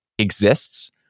exists